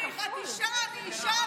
היא תצביע בעד.